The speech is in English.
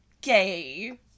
gay